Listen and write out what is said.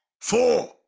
four